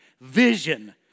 Vision